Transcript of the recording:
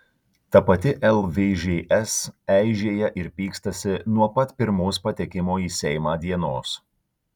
ta pati lvžs eižėja ir pykstasi nuo pat pirmos patekimo į seimą dienos